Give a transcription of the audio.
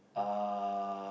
uh